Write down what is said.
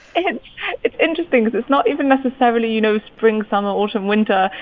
and it's interesting cause it's not even necessarily, you know, spring, summer, autumn, winter.